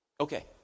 Okay